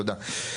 תודה.